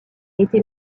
été